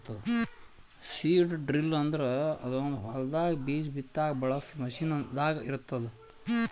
seed drill ಅಂದುರ್ ಅದೊಂದ್ ಹೊಲದಾಗ್ ಬೀಜ ಬಿತ್ತಾಗ್ ಬಳಸ ಮಷೀನ್ ದಾಗ್ ಇರ್ತ್ತುದ